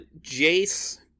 Jace